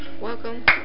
welcome